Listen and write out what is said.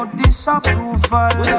disapproval